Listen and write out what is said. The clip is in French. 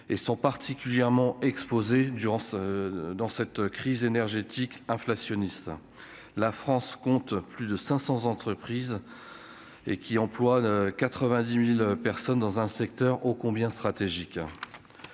et sont particulièrement exposés d'urgence dans cette crise énergétique inflationniste, la France compte plus de 500 entreprises et qui emploie 90000 personnes dans un secteur ô combien stratégique